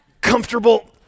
comfortable